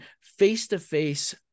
face-to-face